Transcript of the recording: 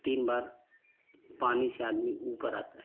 तीन बार पानी से आदमी ऊपर आता है